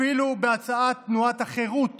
אפילו בהצעת תנועת החרות